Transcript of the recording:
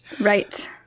Right